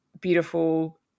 beautiful